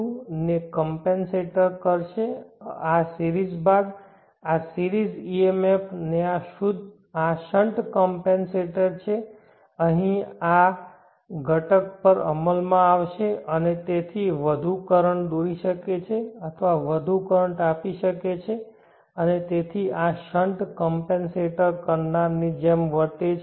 આ dϕ2 dt ને compensate કરશે આ સિરીઝભાગ આ સિરીઝEMF ને આ શન્ટ કમપેનસેટ છે આ અહીં આ ઘટક પર અમલમાં આવશે અને તેથી તે વધુ કરંટ દોરી શકે છે અથવા વધુ કરંટ આપી શકે છે અને તેથી આ શન્ટ કમપેનસેટરકરનારની જેમ તે વર્તે છે